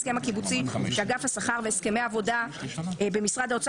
לפי ההסכם הקיבוצי שאגף השכר והסכמי עבודה במשרד האוצר